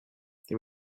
they